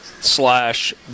slash